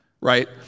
right